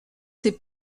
ses